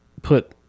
Put